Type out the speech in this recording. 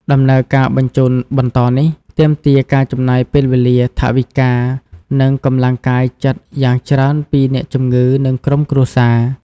ដំណើរការបញ្ជូនបន្តនេះ ទាមទារការចំណាយពេលវេលា ថវិកា និងកម្លាំងកាយចិត្តយ៉ាងច្រើនពីអ្នកជំងឺ និងក្រុមគ្រួសារ។